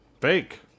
Fake